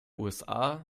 usa